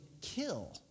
kill